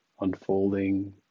unfolding